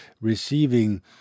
receiving